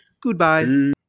Goodbye